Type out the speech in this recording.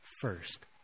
first